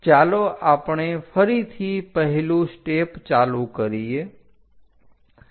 ચાલો આપણે ફરીથી પહેલું સ્ટેપ ચાલુ કરીએ